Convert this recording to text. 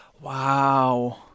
Wow